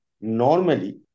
normally